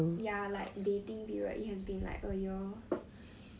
ya like dating period it has been like a year